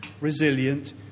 resilient